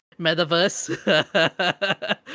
metaverse